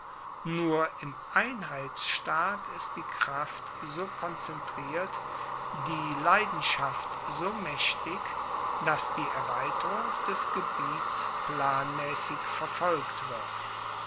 nur im einheitsstaat ist die kraft so konzentriert die leidenschaft so maechtig dass die erweiterung des gebiets planmaessig verfolgt wird